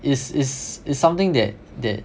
is is is something that that